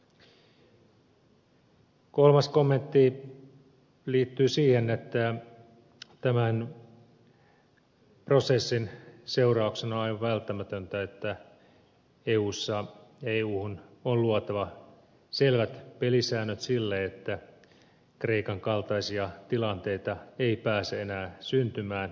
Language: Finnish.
kolmas kommentti liittyy siihen että tämän prosessin seurauksena on aivan välttämätöntä että euhun on luotava selvät pelisäännöt sille että kreikan kaltaisia tilanteita ei pääse enää syntymään